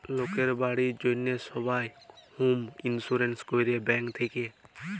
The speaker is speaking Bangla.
লকের বাড়ির জ্যনহে সবাই হম ইলসুরেলস ক্যরে ব্যাংক থ্যাকে